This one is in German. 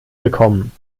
bekommen